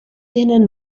tenen